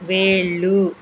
వేళ్ళు